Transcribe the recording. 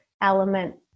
element